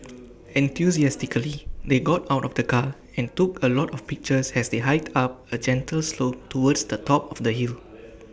enthusiastically they got out of the car and took A lot of pictures as they hiked up A gentle slope towards the top of the hill